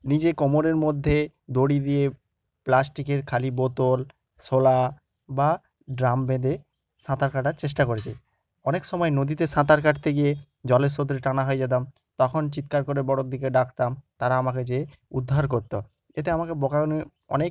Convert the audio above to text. নিজে কোমরের মধ্যে দড়ি দিয়ে প্লাস্টিকের খালি বোতল শোলা বা ড্রাম বেঁধে সাঁতার কাটার চেষ্টা করেছি অনেকসময় নদীতে সাঁতার কাটতে গিয়ে জলের স্রোতের টানা হয়ে যেতাম তখন চিৎকার করে বড়দেরকে ডাকতাম তারা আমাকে যেয়ে উদ্ধার করতো এতে আমাকে বকানি অনেক